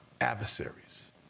adversaries